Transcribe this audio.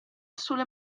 sulle